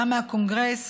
מהקונגרס,